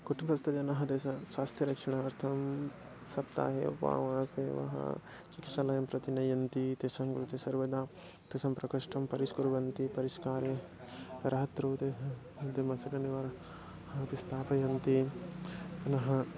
कुटुम्बस्थजनः तेषां स्वास्थ्यरक्षणार्थं सप्ताहे वा मासे वा चिकित्सालयं प्रति नयन्ति तेषां कृते सर्वदा तेषां प्रकोष्ठं परिष्कुर्वन्ति परिष्कारे रात्रौ तेषाम् अन्ते मशकनिवारकमपि स्थापयन्ति पुनः